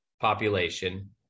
population